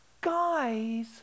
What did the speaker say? guys